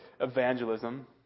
evangelism